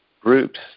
groups